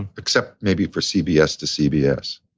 and except maybe for cbs to cbs.